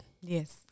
Yes